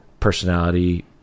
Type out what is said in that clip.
Personality